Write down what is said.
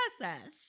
process